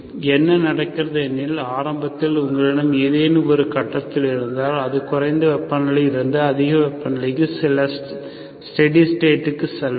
என்ன நடக்கிறது ஆரம்பத்தில் உங்களிடம் ஏதேனும் ஒரு கட்டத்தில் இருந்தால் அது குறைந்த வெப்பநிலையில் இருந்து அதிக வெப்பநிலைக்கு சில ஸ்டெடி ஸ்டேட்க்கு செல்லலாம்